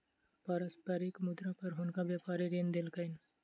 पारस्परिक मुद्रा पर हुनका व्यापारी ऋण देलकैन